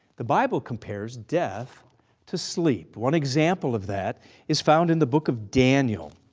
the bible compares death to sleep. one example of that is found in the book of daniel.